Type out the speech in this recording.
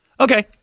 Okay